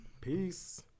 Peace